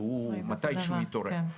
שמתישהו הוא יתעורר.